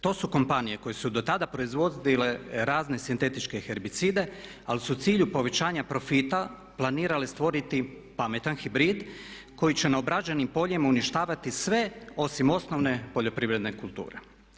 To su kompanije koje su dotada proizvodile razne sintetičke herbicide ali su u cilju povećanja profita planirale stvoriti pametan hibrid koji će na obrađenim poljima uništavati sve osim osnovne poljoprivredne kulture.